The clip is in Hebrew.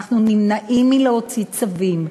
אנחנו נמנעים מלהוציא צווים,